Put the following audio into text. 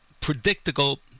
predictable